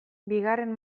bigarren